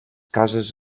cases